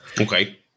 Okay